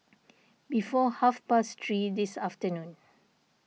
before half past three this afternoon